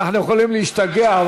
אנחנו יכולים להשתגע,